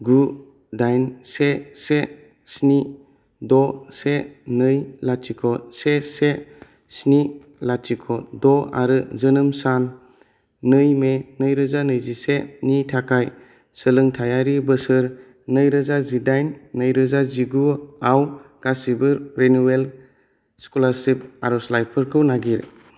गु दाइन से से स्नि द' से नै लाथिख' से से स्नि लाथिख' द' आरो जोनोम सान नै मे नैरोजा नैजिसे नि थाखाय सोलोंथायारि बोसोर नैरोजा जिदाइन नैरोजा जिगुआव गासिबो रिनिउयेल स्कलारशिप आर'जलाइफोरखौ नागिर